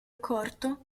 corto